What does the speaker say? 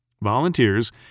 Volunteers